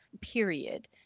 period